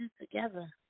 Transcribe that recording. together